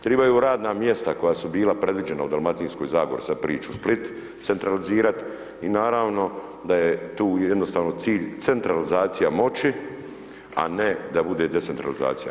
Trebaju radna mjesta koja su bila predviđena u Dalmatinskoj zagori sad u Split centralizirat i naravno da je tu jednostavno cilj centralizacija moći, a ne da bude decentralizacija.